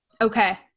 Okay